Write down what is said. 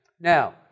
Now